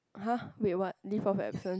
!huh! wait what leave what absence